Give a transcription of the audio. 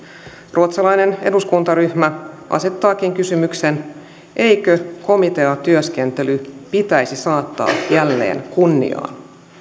ruotsalainen eduskuntaryhmä asettaakin kysymyksen eikö komiteatyöskentely pitäisi saattaa jälleen kunniaan